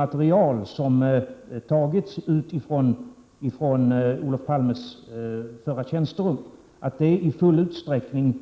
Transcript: På vilka sätt har utvecklingen i Norrlandslänen gynnats av löntagarfondernas verksamhet? 2. Hur många arbetstillfällen beräknar statsrådet att löntagarfonderna